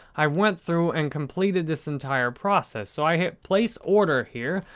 i've went through and completed this entire process, so i hit place order here.